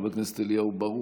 חבר הכנסת אליהו ברוכי,